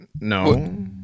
No